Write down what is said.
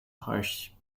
harsh